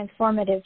transformative